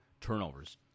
turnovers